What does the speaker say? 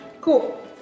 Cool